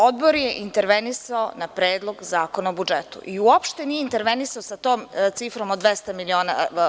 Odbor je intervenisao na Predlog zakona o budžetu i uopšte nije intervenisao sa tom cifrom od 200 miliona.